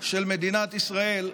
של מדינת ישראל: